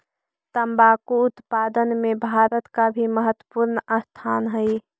तंबाकू उत्पादन में भारत का भी महत्वपूर्ण स्थान हई